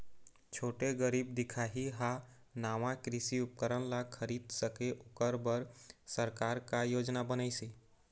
छोटे गरीब दिखाही हा नावा कृषि उपकरण ला खरीद सके ओकर बर सरकार का योजना बनाइसे?